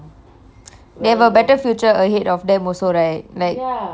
they have a better future ahead of them also right like ya